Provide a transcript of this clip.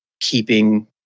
keeping